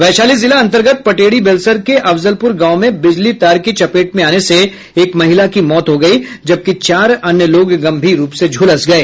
वैशाली जिला अन्तर्गत पटेढ़ी बेलसर के अफजलपुर गांव में बिजली तार के चपेट में आने से एक महिला की मौत हो गई जबकि चार अन्य लोग गंभीर रुप से झुलस गए